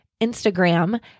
Instagram